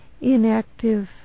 inactive